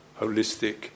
holistic